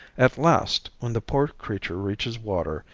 at last, when the poor creature reaches water,